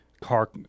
Car